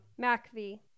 MACV